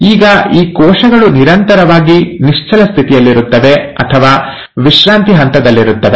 ಈಗ ಈ ಕೋಶಗಳು ನಿರಂತರವಾಗಿ ನಿಶ್ಚಲ ಸ್ಥಿತಿಯಲ್ಲಿರುತ್ತವೆ ಅಥವಾ ವಿಶ್ರಾಂತಿ ಹಂತದಲ್ಲಿರುತ್ತವೆ